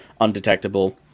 undetectable